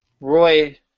Roy